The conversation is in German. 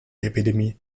epidemie